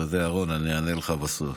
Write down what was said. אתה יודע, רון, אני אענה לך בסוף.